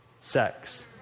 sex